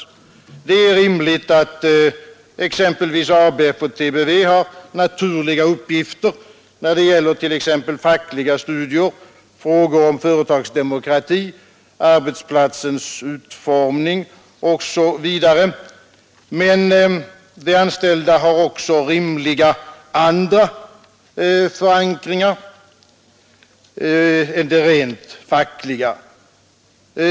Det är rimligt att exempelvis ABF och TBV har naturliga uppgifter när det gäller t.ex. fackliga studier, frågor om företagsdemokrati, arbetsplatsens utformning osv., men de anställda har också rimliga andra förankringar än de rent fackliga.